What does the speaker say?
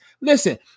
Listen